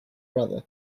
brother